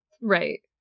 Right